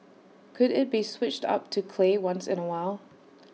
could IT be switched up to clay once in A while